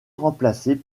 remplacée